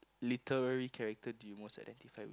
literary character do you most identify